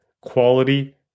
quality